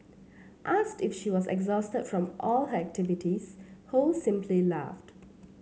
asked if she was exhausted from all her activities Ho simply laughed